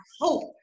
hope